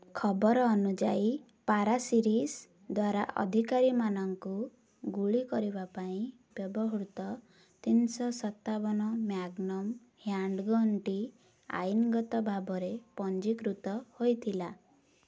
ଖବର ଅନୁଯାୟୀ ପାରାସିରିସ୍ ଦ୍ୱାରା ଅଧିକାରୀମାନଙ୍କୁ ଗୁଳି କରିବା ପାଇଁ ବ୍ୟବହୃତ ତିନିଶହ ସତାବନ ମ୍ୟାଗ୍ନମ୍ ହ୍ୟାଣ୍ଡ୍ଗନ୍ଟି ଆଇନଗତ ଭାବରେ ପଞ୍ଜୀକୃତ ହୋଇଥିଲା